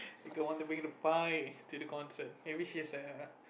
the girl want to bring the pie to the concert maybe she has a